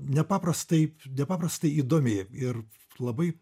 nepaprastai nepaprastai įdomi ir labai